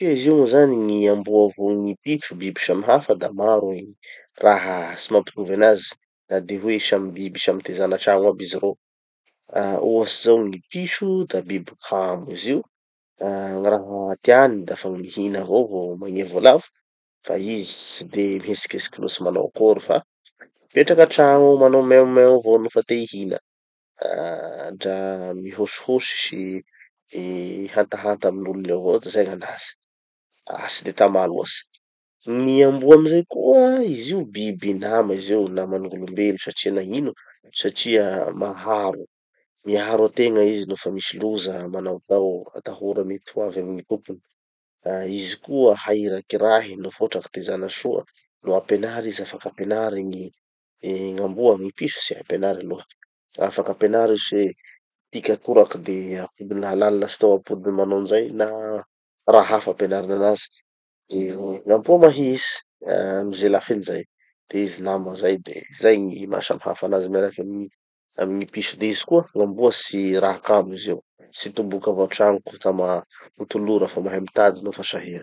Satria izy io zany gn'amboa vo gny piso biby samy hafa da maro gny raha tsy mampitovy anazy na de hoe samy biby samy tezana antrano aby izy ro. Ah ohatsy zao gny piso da biby kamo izy io. Ah gny raha tiany dafa gny mihina avao vo magnia volavo fa izy tsy de mihetsiketsiky loatsy manao akory fa mipetraky antrano ao manao meo meo avao nofa te hihina. Ah dra mihosihosy sy mihantahanta amy gn'olon'eo avao da zay gnan'azy, ah tsy de tamà loatsy. Gny amboa amizay koa, izy io biby nama izy naman'ny gny olom-belo. Satria nagnino? Satria maharo. Miaro ategna izy nofa misy loza mamaopao atahora mety ho avy amy gny topony. Ah izy koa hay irakirahy nofa hotraky tezana soa, no ampenary izy afaky ampenary gny gn'amboa. Gny piso tsy hay ampenary aloha. Afaky ampenary izy hoe, tiky atoraky de, apo- alany lahatsitao apodiny manao anizay na raha hafa ampenarin'anazy. De gn'amboa mahihitsy, amy ze lafiny zay. De izy nama zay de zay gny maha samy hafa anazy miaraky am- amy gny piso. De izy koa gn'amboa tsy raha kamo izy io. Tsy toboky avao antrano ka tamà ho tolora fa mahay mitady nofa sahira.